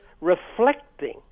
reflecting